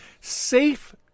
Safe